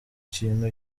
kintu